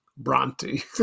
bronte